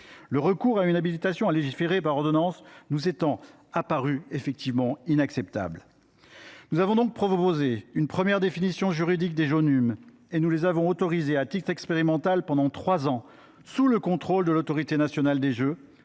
le recours à une habilitation à légiférer par ordonnance nous étant apparu inacceptable. Nous avons donc proposé une première définition juridique des Jonum et nous les avons autorisés à titre expérimental pendant trois ans, sous le contrôle de l’Autorité nationale des jeux,